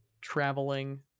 traveling